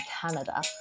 Canada